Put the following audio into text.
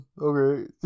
Okay